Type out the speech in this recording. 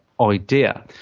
Idea